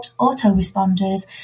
autoresponders